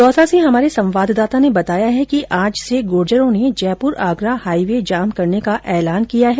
दौसा से हमारे संवाददाता ने बताया है कि आज से गुर्जरों ने जयपुर आगरा हाईवे जाम करने का एलान किया है